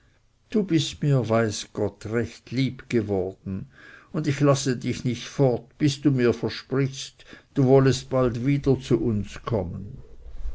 du bist mir weiß gott recht lieb geworden und ich lasse dich nicht fort bis du mir versprichst du wollest bald wieder zu uns kommen